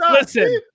listen